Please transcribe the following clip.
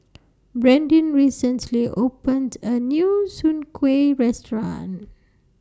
Brandin recently opened A New Soon Kuih Restaurant